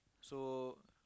so